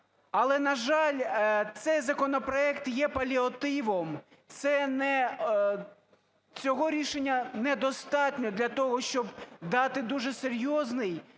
Але, на жаль цей законопроект є паліативом, цього рішення недостатньо для того, щоб дати дуже серйозний